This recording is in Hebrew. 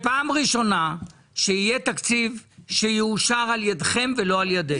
זה פעם ראשונה שיהיה תקציב שיאושר על ידכם ולא על ידנו,